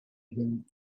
again